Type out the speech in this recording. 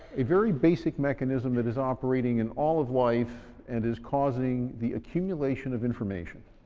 a very basic mechanism that is operating in all of life and is causing the accumulation of information.